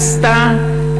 עשתה,